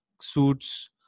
suits